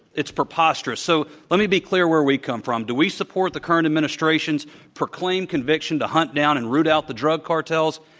it's preposterous. so let me be clear where we come from. do we support the current administration's proclaimed conviction to hunt down and root out the drug cartels?